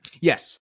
Yes